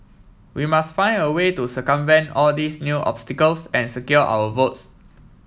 we must find a way to circumvent all these new obstacles and secure our votes